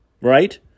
right